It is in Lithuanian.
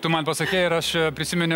tu man pasakei ir aš prisiminiau